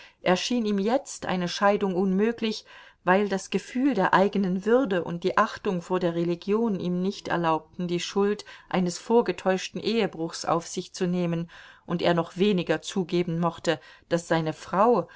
erschien ihm jetzt eine scheidung unmöglich weil das gefühl der eigenen würde und die achtung vor der religion ihm nicht erlaubten die schuld eines vorgetäuschten ehebruchs auf sich zu nehmen und er noch weniger zugeben mochte daß seine frau